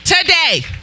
Today